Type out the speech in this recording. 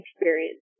experience